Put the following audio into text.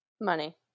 Money